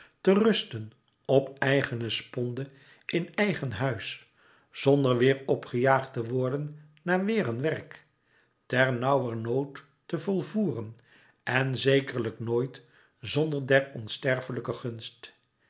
te rusten op eigene sponde in eigen huis zonder weêr op gejaagd te worden naar weêr een werk ter nauwer nood te volvoeren en zekerlijk noit zonder der onsterflijken gunst